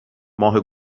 ماه